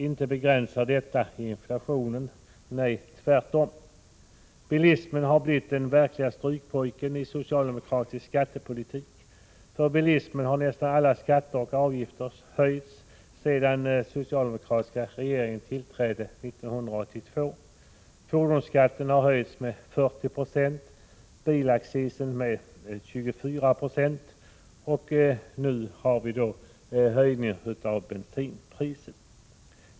Inte begränsar detta inflationen — tvärtom. Bilismen har blivit den verkliga strykpojken i socialdemokratisk skattepolitik. För bilismen har nästan alla skatter och avgifter höjts sedan den socialdemokratiska regeringen tillträdde 1982. Fordonsskatten har höjts med 40 20 och bilaccisen med 24 20, och nu kommer alltså en höjning av bensinpriset.